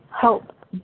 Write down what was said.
help